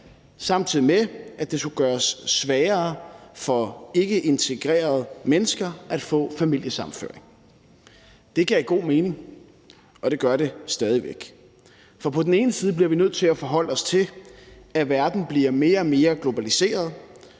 samtidig med at det skulle gøres sværere for ikkeintegrerede mennesker at få familiesammenføring. Det gav god mening, og det gør det stadig væk. For på den ene side bliver vi nødt til at forholde os til, at verden bliver mere og mere globaliseret,